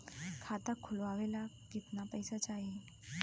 खाता खोलबे ला कितना पैसा चाही?